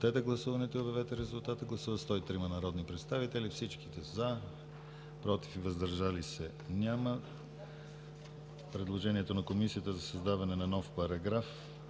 Предложението на Комисията за създаване на нов параграф,